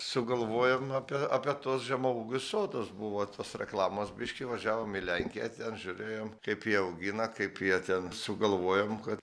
sugalvojom apie apie tuos žemaūgius sodus buvo tos reklamos biškį važiavom į lenkiją ten žiūrėjom kaip jie augina kaip jie ten sugalvojom kad